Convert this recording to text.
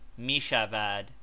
mishavad